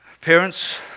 Parents